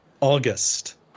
August